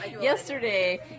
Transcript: yesterday